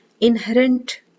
Inherent